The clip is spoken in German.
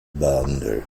behandelt